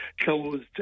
closed